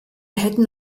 hätten